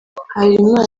harerimana